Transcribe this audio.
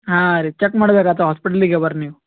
ಹಾಂ ರೀ ಚೆಕ್ ಮಾಡ್ಬೇಕಾಗ್ತ ಹಾಸ್ಪಿಟ್ಲಿಗೆ ಬರ್ರಿ ನೀವು